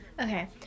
Okay